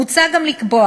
מוצע גם לקבוע,